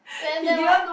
then then what